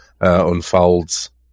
unfolds